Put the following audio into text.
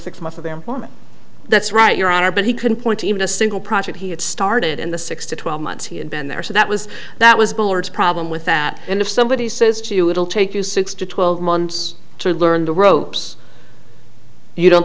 six months of employment that's right your honor but he couldn't point even a single project he had started in the six to twelve months he had been there so that was that was bullard's problem with that and if somebody says to you it'll take you six to twelve months to learn the ropes you don't